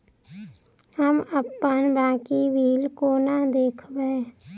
हम अप्पन बाकी बिल कोना देखबै?